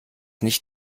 nicht